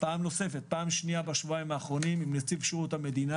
פעם שנייה בשבועיים האחרונים עם נציב שירות המדינה